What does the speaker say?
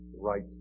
right